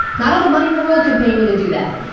not all the money in the world could pay me to do that.